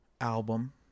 album